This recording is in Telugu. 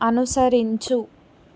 అనుసరించు